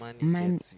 money